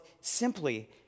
simply